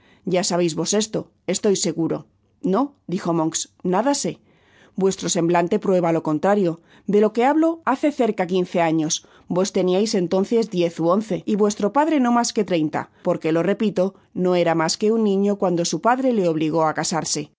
ya sabeis vos esto estoy seguro no dijo monks nada sé vuestro semblante prueba lo contrario de lo que hablo hace cerca quince años vos teniais entonces diez ú once y vuestro padre no mas que treinta porque lo repito no era mas que un niño cuando su padre le obligó á casarse